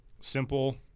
Simple